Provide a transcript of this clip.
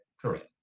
Correct